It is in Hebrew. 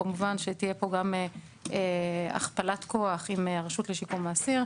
כמובן שתהיה פה גם הכפלת כוח עם הרשות לשיקום האסיר,